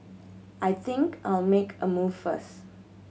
I think I'll make a move first